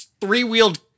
three-wheeled